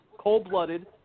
cold-blooded